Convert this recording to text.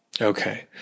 Okay